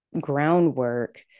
groundwork